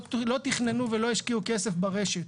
לא תכננו ולא השקיעו כסף ברשת,